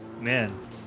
Man